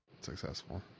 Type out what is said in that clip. successful